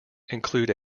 include